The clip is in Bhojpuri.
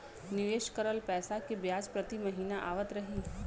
निवेश करल पैसा के ब्याज प्रति महीना आवत रही?